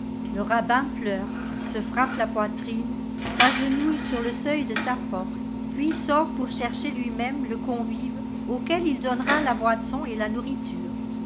noël rabbin pleure se frappe la poitrine s'agenouille sur le seuil de sa porte puis sort pour chercher lui-même le convive auquel il donnera la boisson et la nourriture